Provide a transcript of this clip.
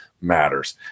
matters